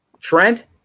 Trent